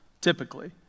typically